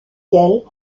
elle